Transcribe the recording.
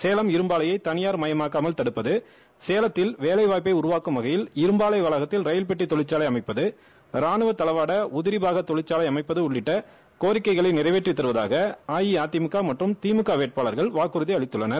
சேலம் இரும்பாலையை தனியார் மயமாக்காமல் தடுப்பது சேலத்தில் வேலைவாய்ப்பை உரு வாக்கும் வகையில் இரும்பாலை வளாகத்தில் ரயில்பெட்டி தொழிற்சாலையை அமைப்பது ரா ணுவத் தளவாட உதிரி பாக தொழிற்சாலை அமைப்பது ஆகிய கோரிக்கைகளை நிறைவேற்றி த் தருவதாக அஇஅதிமுக மற்றும் திமுக வேட்பாளர்கள் வாக்குறுதி அளித்துள்ளனர்